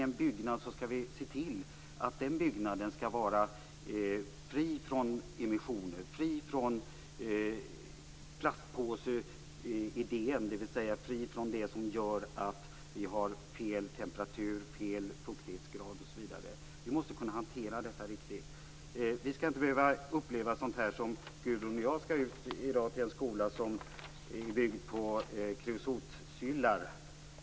I en byggnad skall vi t.ex. se till att den skall vara fri från emissioner, fri från plastpåseidén, dvs. fri från det som gör att vi har fel temperatur, fel fuktighetsgrad osv. Vi måste kunna hantera detta riktigt. Vi skall inte behöva uppleva sådant som Gudrun Lindvall i en skola som är byggd på kreosotsyllar.